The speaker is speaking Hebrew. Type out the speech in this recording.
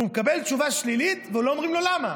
והוא מקבל תשובה שלילית ולא אומרים לו למה.